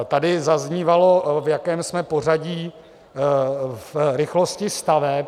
Tady zaznívalo, v jakém jsme pořadí v rychlosti staveb.